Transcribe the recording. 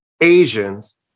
Asians